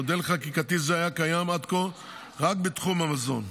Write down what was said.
מודל חקיקתי זה היה קיים עד כה רק בתחום המזון.